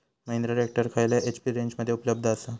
Mahindra tractor खयल्या HP रेंजमध्ये उपलब्ध आसा?